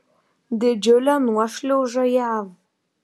didžiulė nuošliauža jav